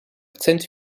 cent